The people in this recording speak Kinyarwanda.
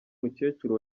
mukecuru